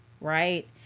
right